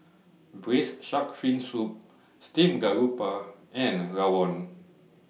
Braised Shark Fin Soup Steamed Garoupa and Rawon